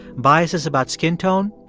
biases about skin tone,